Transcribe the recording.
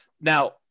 Now